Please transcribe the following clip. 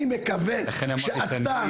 אני מקווה שאתה,